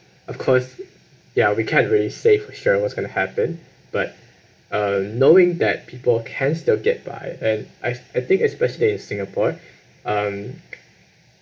of course ya we can't really say for sure what's going to happen but uh knowing that people can still get by and I've I think especially in singapore um